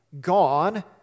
gone